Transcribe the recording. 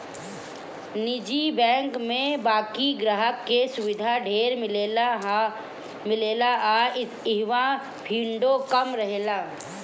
निजी बैंक में बाकि ग्राहक के सुविधा ढेर मिलेला आ इहवा भीड़ो कम रहेला